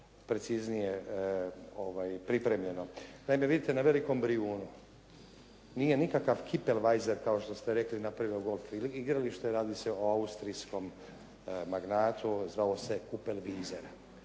preciznije pripremljeno. Naime, vidite na Velikom Brijunu nije nikakav Cooper Weiser kao što ste rekli napravio golf igralište. Radi se o austrijskom magnatu. Zvao se Cooper